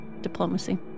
diplomacy